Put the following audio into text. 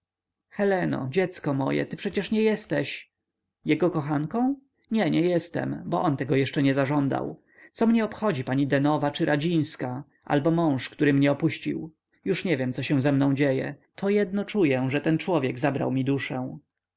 heleno dziecko moje ty przecież nie jesteś jego kochanką tak nie jestem bo on tego jeszcze nie zażądał co mnie obchodzi pani denowa czy radzińska albo mąż który mnie opuścił już nie wiem co się ze mną dzieje to jedno czuję że ten człowiek zabrał mi duszę